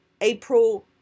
April